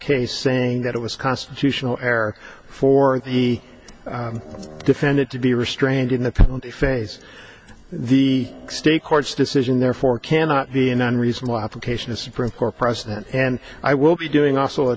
case saying that it was constitutional err for the defendant to be restrained in the penalty phase the state courts decision therefore cannot be an unreasonable application of supreme court precedent and i will be doing also a